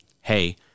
Hey